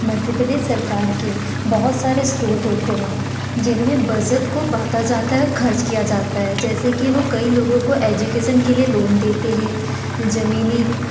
मध्य प्रदेश सरकार के बहुत सारे स्रोत होते हैं जिनमे बजट को बाँटा जाता है खर्च किया जाता है जैसे की वह कई लोगों को एजुकेशन के लिए लोन देते हैं ज़मीनी